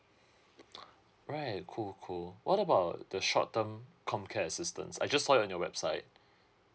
right cool cool what about the short term comcare assistance I just saw it on your website